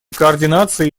координации